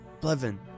Blevin